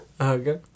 Okay